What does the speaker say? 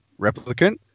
replicant